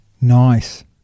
nice